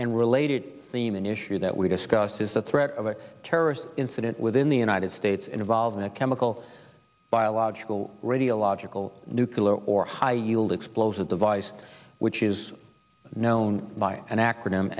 and related leaman issue that we discussed is the threat of a terrorist incident within the united states involving a chemical biological radiological nuclear or high yield explosive device which is known by an acronym